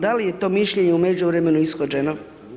Da li je to mišljenje u međuvremenu ishođeno?